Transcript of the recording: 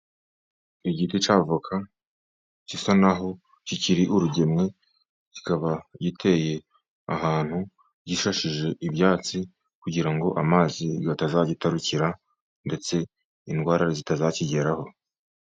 Igiti cya voka gisa naho kikiri urugemwe, kikaba giteye ahantu gifashije ibyatsi, kugira ngo amazi atazagitarukira ndetse n'indwara zitazakigeraho.